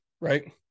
right